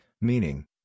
Meaning